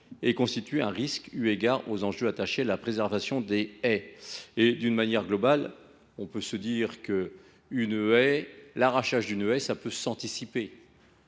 et constitue un risque, eu égard aux enjeux attachés à la préservation des haies. D’une manière globale, convenons que l’arrachage d’une haie peut s’anticiper